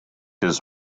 his